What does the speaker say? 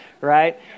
right